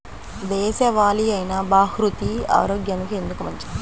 దేశవాలి అయినా బహ్రూతి ఆరోగ్యానికి ఎందుకు మంచిది?